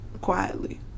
Quietly